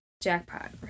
jackpot